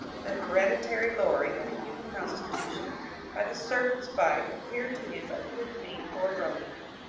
the hereditary lowering of a human constitution by the ser pent's bite appeared to him a good theme for a romance.